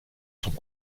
sont